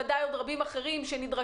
אבל בוודאי יש עוד רבים אחרים שנדרשים